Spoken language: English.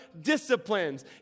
disciplines